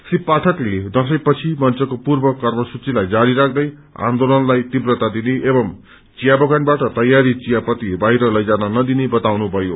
श्री पाठकले दशैं पछि मंचको पूर्व कर्मसूचीलाई जारी राख्दै आन्दोलनलाई तीव्रता दिने एवं चिया बगानबाट तयारी चिया पत्ती बाहिर लैजान नदिने बताउनु भयो